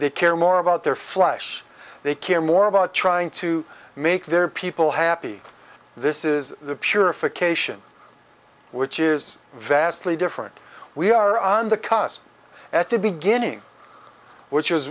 they care more about their flesh they care more about trying to make their people happy this is the purification which is vastly different we are on the cusp at the beginning which is